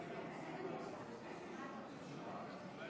אני מודיע כי תוצאות ההצבעה הן 53